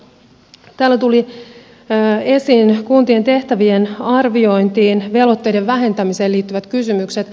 täällä tuli esiin kuntien tehtävien arviointiin ja velvoitteiden vähentämiseen liittyvät kysymykset